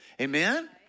Amen